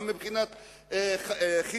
גם מבחינת חינוך,